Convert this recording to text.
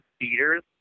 theaters